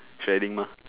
training mah